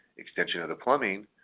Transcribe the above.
extension of the plumbing,